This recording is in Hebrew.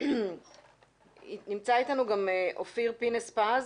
נמצא איתנו גם אופיר פינס-פז